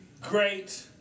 great